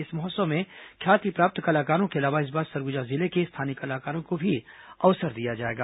इस महोत्सव में ख्याति प्राप्त कलाकारों के अलावा इस बार सरगुजा जिले के स्थानीय कलाकारों को भी अवसर दिया जाएगा